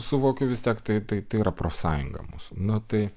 suvokiu vis tiek tai tai yra profsąjunga mūsų nu tai